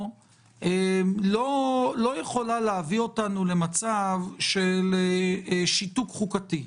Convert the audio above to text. לא יכולה להביא אותנו למצב של שיתוק חוקתי.